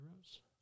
Heroes